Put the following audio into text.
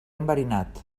enverinat